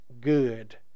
good